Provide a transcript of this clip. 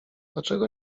dlaczego